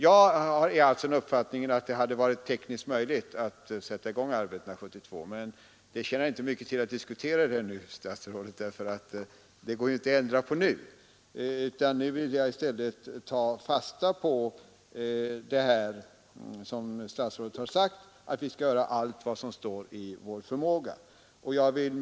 Jag har alltså uppfattningen att det hade varit tekniskt möjligt att sätta i gång arbetena 1972, men det tjänar inte mycket till att diskutera det nu, herr statsråd. Det går inte att ändra på nu. Nu vill jag i stället ta fasta på statsrådets uttalande att vi skall göra allt som står i vår makt för ett tidigare färdigställande av flygplatsen.